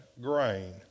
grain